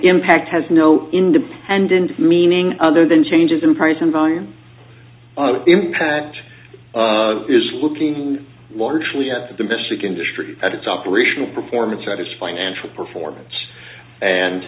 impact has no independent meaning other than changes in price and volume impact is looking largely at the domestic industry at its operational performance at his financial performance and